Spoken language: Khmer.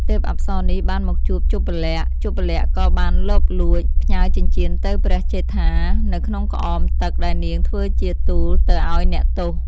ទេពអប្សរនេះ បានមកជួបជប្បលក្សណ៍ ជប្បលក្សណ៍ក៏បានលបលួច ផ្ញើចិញ្ចៀនទៅព្រះជេដ្ឋានៅក្នុងក្អមទឹកដែលនាងធ្វើជាទូលទៅឱ្យអ្នកទោស។